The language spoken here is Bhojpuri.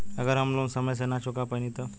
अगर हम लोन समय से ना चुका पैनी तब?